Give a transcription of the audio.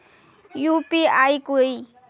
UPI कोई